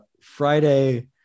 Friday